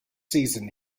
season